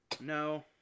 No